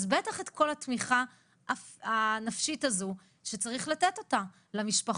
אז בטח את כל התמיכה הנפשית הזו שצריך לתת אותה למשפחות,